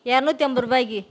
இரநூத்தி ஐம்பது ரூபாய்க்கு